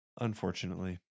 Unfortunately